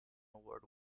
award